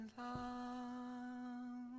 long